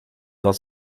dat